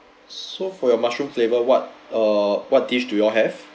so for your mushroom flavor what uh what dish do you all have